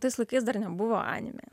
tais laikais dar nebuvo animė